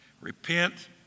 repent